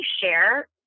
share